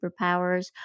superpowers